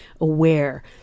aware